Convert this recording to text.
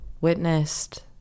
witnessed